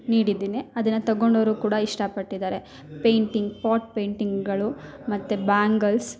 ನೀಡಿದ್ದೇನೆ ಅದನ್ನ ತಗೊಂಡೋರು ಕೂಡ ಇಷ್ಟಪಟ್ಟಿದ್ದಾರೆ ಪೇಂಟಿಂಗ್ ಪಾಟ್ ಪೇಂಟಿಂಗ್ಗಳು ಮತ್ತು ಬ್ಯಾಂಗಲ್ಸ್